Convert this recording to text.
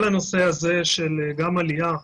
כל הנושא הזה גם של עלייה,